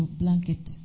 blanket